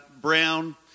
Brown